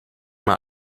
mal